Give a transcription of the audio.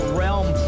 realm